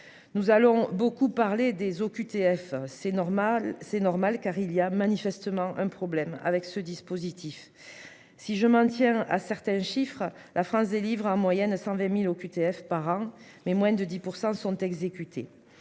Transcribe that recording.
Nous allons beaucoup parler des OQTF. C'est normal c'est normal car il y a manifestement un problème avec ce dispositif si je maintiens à certains chiffres. La France délivre en moyenne 120.000 OQTF par an mais moins de 10% sont exécutés.